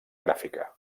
gràfica